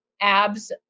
abs